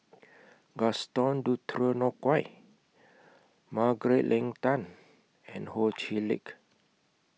Gaston Dutronquoy Margaret Leng Tan and Ho Chee Lick